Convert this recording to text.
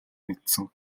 мэдсэн